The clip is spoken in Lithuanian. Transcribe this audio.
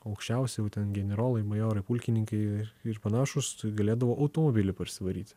aukščiausi jau ten generolai majorai pulkininkai ir panašūs tai galėdavo automobilį parsivaryti